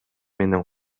менен